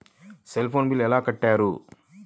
Cell phone bill ఎలా కట్టారు?